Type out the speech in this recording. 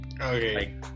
Okay